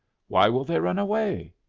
why will they run away?